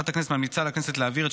ועדת הכנסת ממליצה לכנסת להעביר את